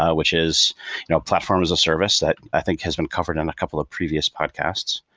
ah which is platforms of service that i think has been covered on a couple of previous podcasts.